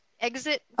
exit